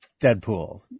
Deadpool